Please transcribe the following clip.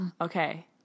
okay